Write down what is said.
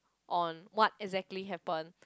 on what exactly happen